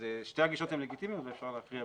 שתי הגישות הן לגיטימיות ואפשר להכריע ביניהן.